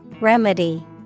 Remedy